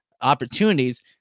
opportunities